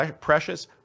precious